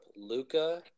Luca